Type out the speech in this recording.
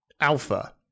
Alpha